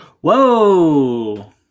Whoa